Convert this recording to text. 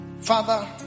Father